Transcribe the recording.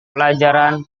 pelajaran